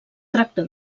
tracta